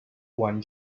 quan